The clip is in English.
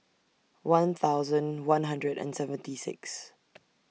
one thousand one hundred and seventy six